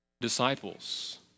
disciples